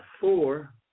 four